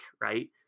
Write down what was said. right